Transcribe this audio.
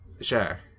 Sure